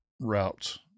routes